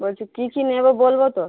বলছি কী কী নেব বলব তো